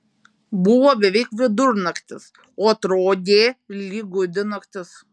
buvo beveik vidurnaktis o atrodė lyg gūdi naktis